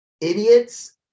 idiots